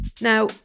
Now